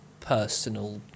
personal